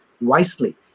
wisely